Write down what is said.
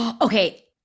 okay